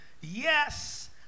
yes